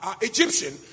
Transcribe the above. Egyptian